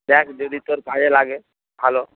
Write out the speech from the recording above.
দেখ যদি তোর কাজে লাগে ভালো